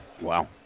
wow